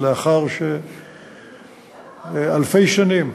לאחר שאלפי שנים,